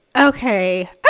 okay